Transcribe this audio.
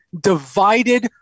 divided